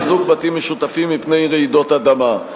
חיזוק בתים משותפים מפני רעידות אדמה.